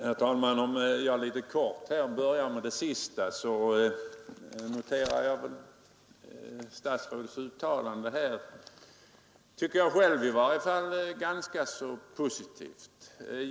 Herr talman! För att börja med det sista så noterar jag statsrådets uttalande som ganska positivt.